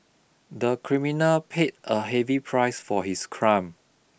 the criminal paid a heavy price for his crime